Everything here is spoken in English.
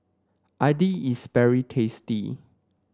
Idili is very tasty